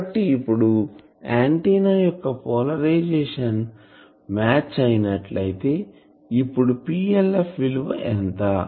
కాబట్టి ఇపుడు ఆంటిన్నా యొక్క పోలరైజేషన్ మ్యాచ్ అయినట్లయితే ఇప్పుడు PLF విలువ ఎంత